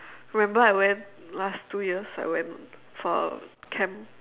remember I went last two years I went for camp